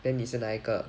then 你是哪一个